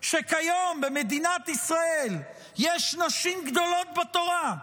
שכיום במדינת ישראל יש נשים גדולות בתורה,